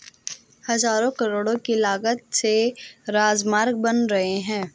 हज़ारों करोड़ की लागत से राजमार्ग बन रहे हैं